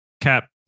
Cap